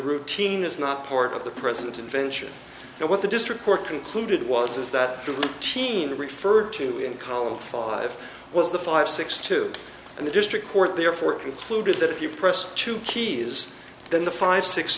routine is not part of the present invention so what the district court concluded was is that the teen referred to in column five was the five six two and the district court therefore concluded that if you press two keys then the five six